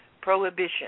Prohibition